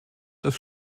das